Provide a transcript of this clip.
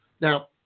Now